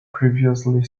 previously